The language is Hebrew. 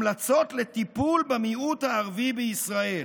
המלצות לטיפול במיעוט הערבי בישראל.